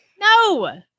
no